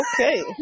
okay